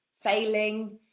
failing